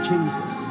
Jesus